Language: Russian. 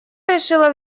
решила